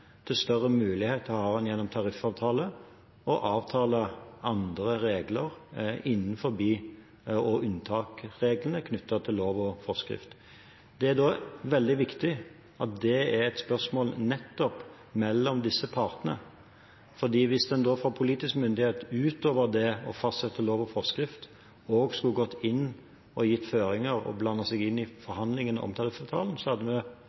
større mulighet har en gjennom tariffavtale til å avtale andre regler innenfor, og unntaksregler knyttet til, lov og forskrift. Det er veldig viktig at det er et spørsmål nettopp mellom disse partene, for hvis en da fra politisk myndighet utover det å fastsette lov og forskrift også skulle gått inn og gitt føringer og blandet seg inn i